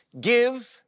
give